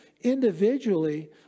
Individually